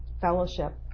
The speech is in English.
fellowship